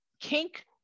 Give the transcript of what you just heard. kink